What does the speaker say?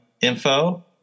info